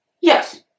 Yes